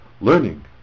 learning